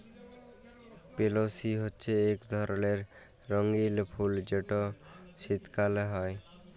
পেলসি হছে ইক ধরলের রঙ্গিল ফুল যেট শীতকাল হ্যয়